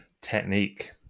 Technique